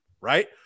right